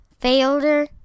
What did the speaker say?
Failure